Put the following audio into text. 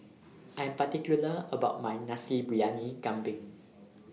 I Am particular about My Nasi Briyani Kambing